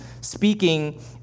speaking